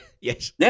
Yes